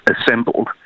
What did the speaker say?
assembled